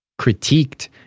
critiqued